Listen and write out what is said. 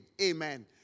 Amen